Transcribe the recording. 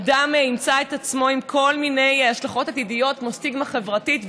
אדם ימצא את עצמו עם כל מיני השלכות עתידיות כמו סטיגמה חברתית.